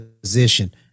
position